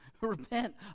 repent